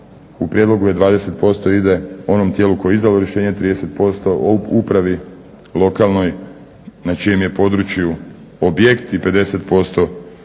U prijedlogu je 20% ide onom tijelu koje je izdalo rješenje, 30% o upravi lokalnoj na čijem je području objekt i 50% Republici